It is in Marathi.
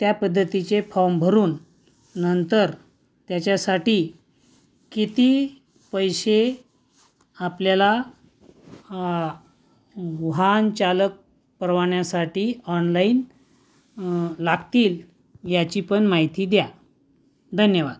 त्या पद्धतीचे फॉम भरून नंतर त्याच्यासाठी किती पैसे आपल्याला वाहनचालक परवान्यासाठी ऑनलाईन लागतील याची पण माहिती द्या धन्यवाद